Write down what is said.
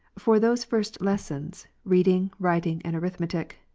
for those first lessons, reading, writing, and arithmetic,